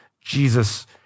Jesus